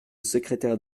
secrétaire